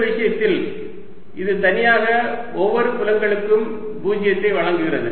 இந்த விஷயத்தில் இது தனியாக ஒவ்வொரு புலங்களுக்கும் 0 ஐ வழங்குகிறது